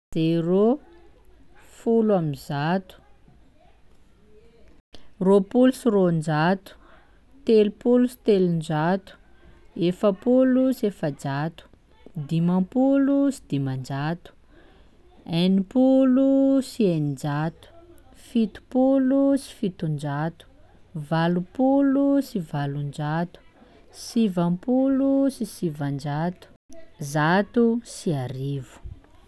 Zero, folo amby zato, roa-polo sy roan-jato, telo-polo sy telon-jato, efa-polo sy efa-jato, dimampolo sy dimanjato, eni-polo sy enin-jato, fito-polo sy fiton-jato, valo-polo sy valon-jato, sivam-polo sy sivan-jato, zato sy arivo.